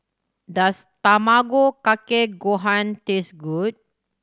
does Tamago Kake Gohan taste good